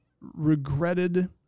regretted